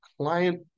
Client